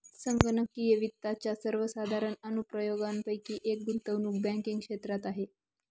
संगणकीय वित्ताच्या सर्वसाधारण अनुप्रयोगांपैकी एक गुंतवणूक बँकिंग क्षेत्रात आहे